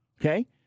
okay